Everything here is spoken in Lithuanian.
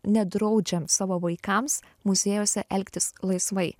nedraudžiam savo vaikams muziejuose elgtis laisvai